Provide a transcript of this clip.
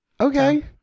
Okay